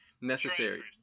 necessary